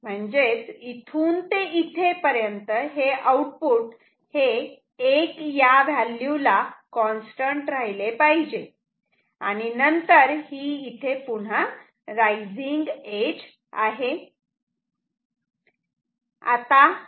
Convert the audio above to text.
म्हणजेच इथून ते इथे आउटपुट हे 1 या व्हॅल्यू ला कॉन्स्टंट राहिले पाहिजे आणि नंतर इथे ही रायझिंग एज आहे